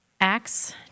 Acts